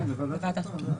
לוועדת החוקה.